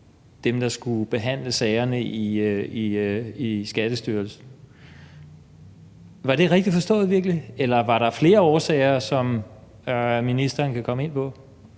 dem, der skulle behandle sagerne i Skattestyrelsen. Er det virkelig rigtigt forstået, eller er der flere årsager, som ministeren kan komme ind på?